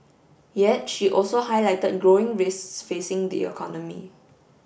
yet she also highlighted growing risks facing the economy